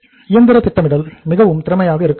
இயந்திர திட்டமிடல் மிகவும் திறமையாக இருக்க வேண்டும்